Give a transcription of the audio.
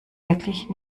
wirklich